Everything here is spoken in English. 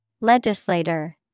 Legislator